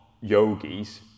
yogis